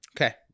Okay